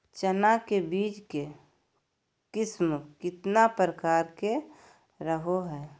चना के बीज के किस्म कितना प्रकार के रहो हय?